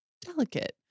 delicate